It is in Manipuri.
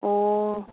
ꯑꯣ